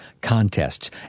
contests